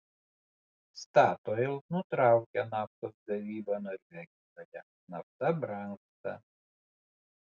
statoil nutraukia naftos gavybą norvegijoje nafta brangsta